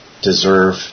deserve